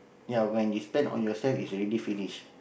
ya when you spend on yourself is already finished